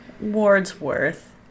Wordsworth